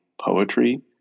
poetry